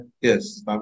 Yes